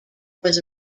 was